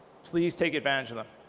please take advantage of them.